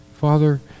Father